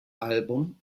album